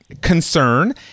concern